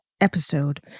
episode